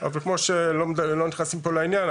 לא נכנסתי פה לעניין,